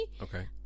Okay